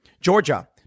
Georgia